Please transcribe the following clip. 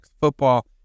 football